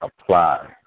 apply